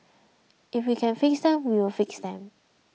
if we can fix them we will fix them